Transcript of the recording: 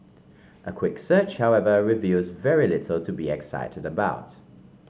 a quick search however reveals very little to be excited about